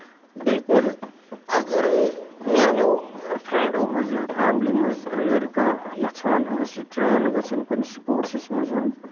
بِلکُل اَگرٕ ے میانیو فرنڈو یا فیملی منٛز اَگر کانہہ یَژھان آسہِ ٹرین گژھُن کُنہِ سُپوٹسس منٛز